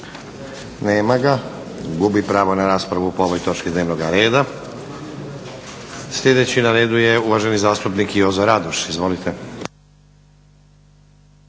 Nema ga. Gubi pravo na raspravu po ovoj točki dnevnoga reda. Sljedeći na redu je uvaženi zastupnik Jozo Radoš. Izvolite.